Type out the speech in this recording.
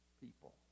people